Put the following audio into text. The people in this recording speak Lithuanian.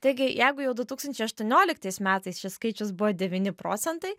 taigi jeigu jau aštuonioliktais metais šis skaičius buvo devyni procentai